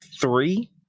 three